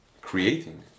creating